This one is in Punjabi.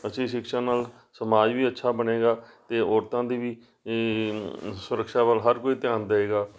ਅੱਛੀ ਸ਼ਿਕਸ਼ਾ ਨਾਲ ਸਮਾਜ ਵੀ ਅੱਛਾ ਬਣੇਗਾ ਅਤੇ ਔਰਤਾਂ ਦੀ ਵੀ ਸੁਰਕਸ਼ਾ ਵੱਲ ਹਰ ਕੋਈ ਧਿਆਨ ਦੇਵੇਗਾ